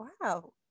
wow